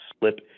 slip